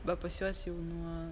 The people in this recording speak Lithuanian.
va pas juos jau nuo